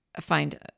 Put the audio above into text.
find